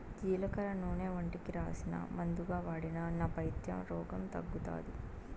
జీలకర్ర నూనె ఒంటికి రాసినా, మందుగా వాడినా నా పైత్య రోగం తగ్గుతాది